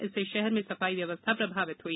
इससे शहर में सफाई व्यवस्था प्रभावित हुई